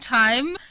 time